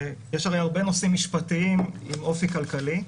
יש הרי הרבה נושאים משפטיים עם אופי כלכלי.